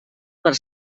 per